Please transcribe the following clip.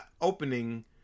opening